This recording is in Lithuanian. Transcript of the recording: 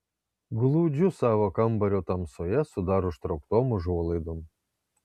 glūdžiu savo kambario tamsoje su dar užtrauktom užuolaidom